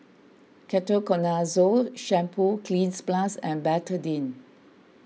Ketoconazole Shampoo Cleanz Plus and Betadine